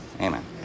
Amen